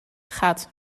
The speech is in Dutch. gaat